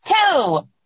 two